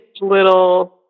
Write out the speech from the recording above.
little